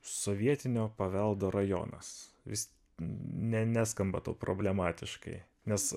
sovietinio paveldo rajonas vis ne neskamba tau problematiškai nes